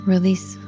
Release